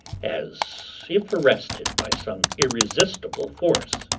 as if arrested by some irresistible force.